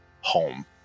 home